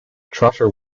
trotter